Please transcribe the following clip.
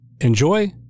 Enjoy